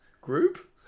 group